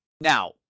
Now